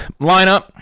Lineup